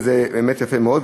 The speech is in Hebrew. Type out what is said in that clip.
וזה באמת יפה מאוד.